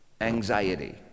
Anxiety